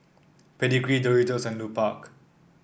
Pedigree Doritos and Lupark